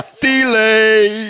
delay